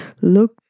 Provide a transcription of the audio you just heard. Look